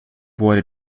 wurde